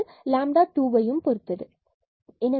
அல்லது லாம்டாவை2 பொறுத்தது ஆகும்